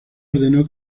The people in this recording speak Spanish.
ordenó